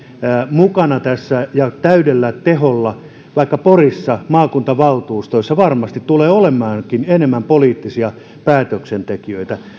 mukana tässä ja täydellä teholla vaikka maakuntavaltuustossa varmasti tulee olemaankin enemmän poliittisia päätöksentekijöitä porista